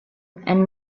and